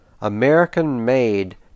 American-made